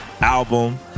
album